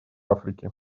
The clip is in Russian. африки